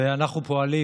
ואנחנו פועלים,